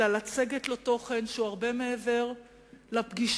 אלא לצקת בו תוכן שהוא הרבה מעבר לפגישות,